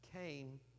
came